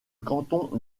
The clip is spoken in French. canton